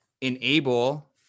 enable